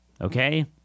Okay